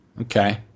Okay